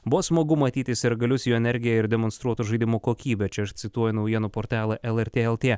buvo smagu matyti sirgalius jų energiją ir demonstruoto žaidimo kokybę čia aš cituoju naujienų portalą lrt lt